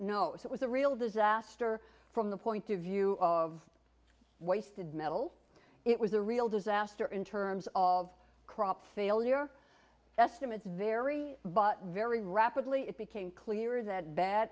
no it was a real disaster from the point of view of wasted metals it was a real disaster in terms of crop failure estimates vary but very rapidly it became clear that ba